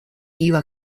iba